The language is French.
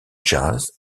jazz